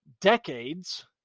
decades